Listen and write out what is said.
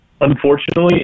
Unfortunately